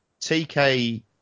TK